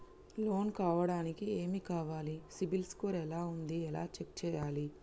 Loan కావడానికి ఏమి కావాలి సిబిల్ స్కోర్ ఎలా ఉంది ఎలా చెక్ చేయాలి?